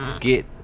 get